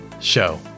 show